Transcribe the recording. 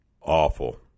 Awful